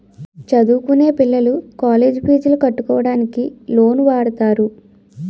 చదువుకొనే పిల్లలు కాలేజ్ పీజులు కట్టుకోవడానికి లోన్లు వాడుతారు